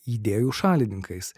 idėjų šalininkais